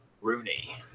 Rooney